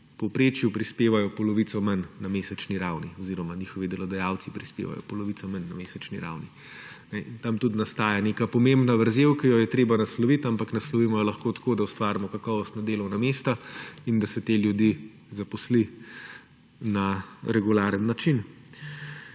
povprečju prispevajo polovico manj na mesečni ravni oziroma njihovi delodajalci prispevajo polovico manj na mesečni ravni, tam tudi nastaja neka pomembna vrzel, ki jo je treba nasloviti, ampak naslovimo jo lahko tako, da ustvarimo kakovostna delovna mesta in da se te ljudi zaposli na regularen način.